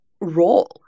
role